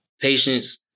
Patience